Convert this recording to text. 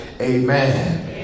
amen